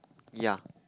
ya